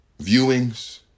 viewings